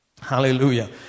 Hallelujah